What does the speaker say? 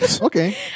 Okay